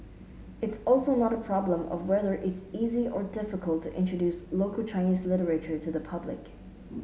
it's also not a problem of whether it's easy or difficult to introduce local Chinese literature to the public